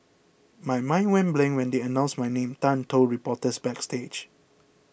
my mind went blank when they announced my name Tan told reporters backstage